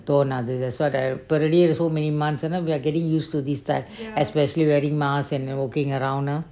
that's why there are so many months and then we are getting used to this type especially wearing masks and walking around ah